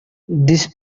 this